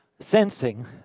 Sensing